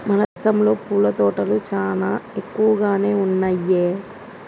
మన దేసంలో పూల తోటలు చానా ఎక్కువగానే ఉన్నయ్యి